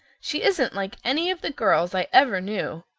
she isn't like any of the girls i ever knew,